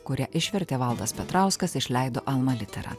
kurią išvertė valdas petrauskas išleido alma litera